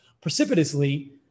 precipitously